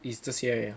is 这些而已 ah